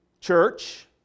Church